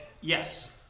Yes